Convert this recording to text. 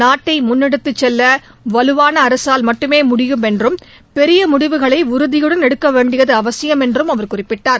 நாட்டைமுன்னெடுத்துசெல்லவலுவாக அரசால் மட்டுமே என்றும் முடியும் பெரியமுடிவுகளைஉறுதியுடன் எடுக்கவேண்டியதுஅவசியமானதுஎன்றுஅவர் குறிப்பிட்டார்